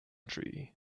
tree